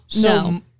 No